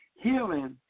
healing